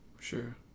Sure